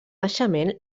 naixement